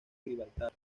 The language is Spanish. gibraltar